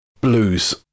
blues